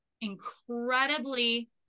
incredibly